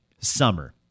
summer